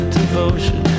devotion